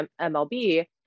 MLB